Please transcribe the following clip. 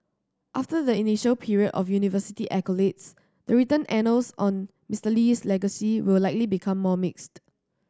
after the initial period of universal accolades the written annals on Mister Lee's legacy will likely become more mixed